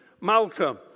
Malcolm